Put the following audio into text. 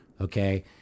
Okay